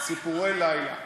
"ציפורי לילה".